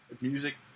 Music